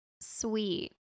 sweet